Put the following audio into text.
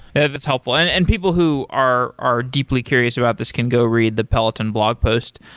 yeah that's helpful. and and people who are are deeply curious about this can go read the peloton blog post,